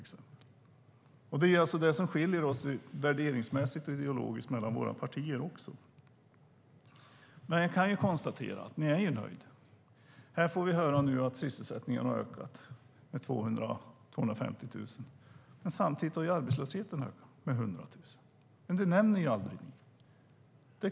Det är detta som skiljer våra partier värderingsmässigt och ideologiskt. Jag kan konstatera att ni är nöjda. Här får vi nu höra att sysselsättningen ökat med 250 000. Men samtidigt har arbetslösheten ökat med 100 000. Det nämner ni aldrig.